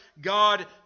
God